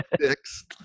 six